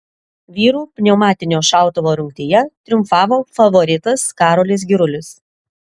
vyrų pneumatinio šautuvo rungtyje triumfavo favoritas karolis girulis